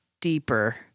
deeper